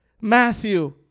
Matthew